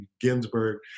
Ginsburg